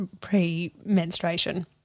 pre-menstruation